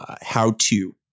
how-to